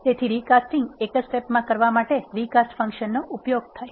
તેથી રિકાસ્ટીંગ એકજ સ્ટેપ માં કરવા માટે રિકાસ્ટ ફંક્શન નો ઉપયોગ થાય